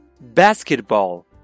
basketball